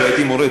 כשהייתי מורה,